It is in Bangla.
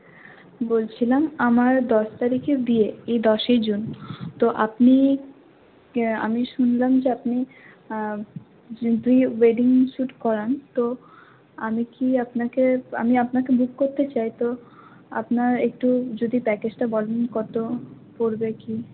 বলছিলাম আমার দশ তারিখে বিয়ে এই দশই জুন তো আপনি আমি শুনলাম যে আপনি যে প্রিওয়েডিং শ্যুট করান তো আমি কি আপনাকে আমি আপনাকে বুক করতে চাই তো আপনার একটু যদি প্যাকেজটা বলেন কত পড়বে কী